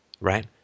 right